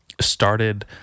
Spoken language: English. started